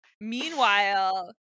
Meanwhile